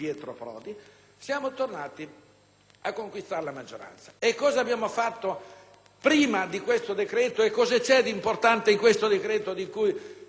a conquistare la maggioranza: cosa abbiamo fatto prima di questo decreto? E cosa c'è d'importante in questo decreto, che il dibattito finora non ha evidenziato?